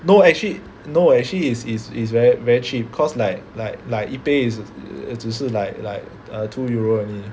no actually no actually it's it's it's very very cheap cause like like like 一杯 is 只是 like like err two Euro only